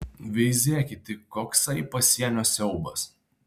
veizėkit tik koksai pasienio siaubas